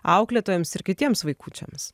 auklėtojoms ir kitiems vaikučiams